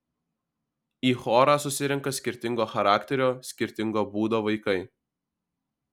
į chorą susirenka skirtingo charakterio skirtingo būdo vaikai